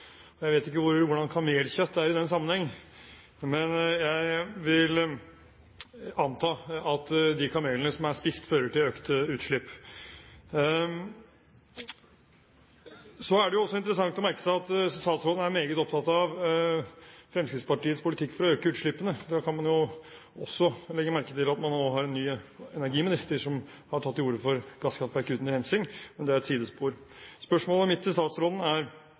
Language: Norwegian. Jeg vet ikke hvordan kamelkjøtt er i den sammenheng, men jeg vil anta at de kamelene som er spist, fører til økte utslipp. Det er interessant å merke seg at statsråden er meget opptatt av Fremskrittspartiets politikk for å øke utslippene. Da kan man jo også legge merke til at man nå har en ny energiminister, som har tatt til orde for gasskraftverk uten rensing – men det er et sidespor. Spørsmålet mitt til statsråden er: